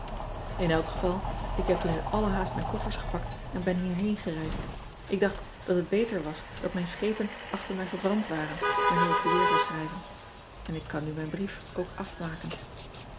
n elk geval ik heb toen in alle haast mijn koffers gepakt en ben hierheen gereisd k dacht dat het beter was dat mijn schepen achter mij verbrand waren wanneer ik je weer zou schrijven n ik kan nu mijn brief ook afmaken